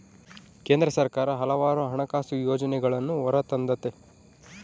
ಕೇಂದ್ರ ಸರ್ಕಾರ ಹಲವಾರು ಹಣಕಾಸು ಯೋಜನೆಗಳನ್ನೂ ಹೊರತಂದತೆ